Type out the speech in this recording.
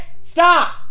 stop